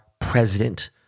president